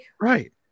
right